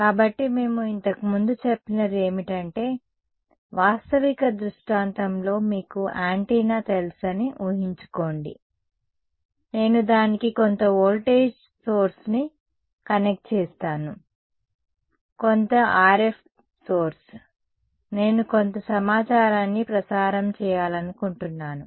కాబట్టి మేము ఇంతకు ముందు చెప్పినది ఏమిటంటే వాస్తవిక దృష్టాంతంలో మీకు యాంటెన్నా తెలుసని ఊహించుకోండి నేను దానికి కొంత వోల్టేజ్ సోర్స్ ని కనెక్ట్ చేస్తాను సరే కొంత RF సోర్స్ నేను కొంత సమాచారాన్ని ప్రసారం చేయాలనుకుంటున్నాను